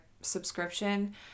subscription